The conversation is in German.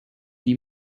die